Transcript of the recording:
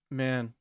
man